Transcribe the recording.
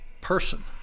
person